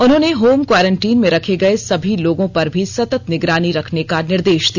उन्होंने home quarantine में रखे गये सभी लोगों पर भी सतत निगरानी रखने का निर्देश दिया